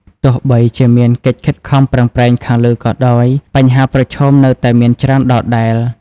ទោះបីជាមានកិច្ចខិតខំប្រឹងប្រែងខាងលើក៏ដោយ បញ្ហាប្រឈមនៅតែមានច្រើនដដែល។